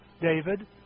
David